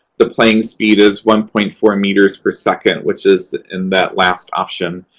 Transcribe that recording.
the playing speed is one point four meters per second, which is in that last option.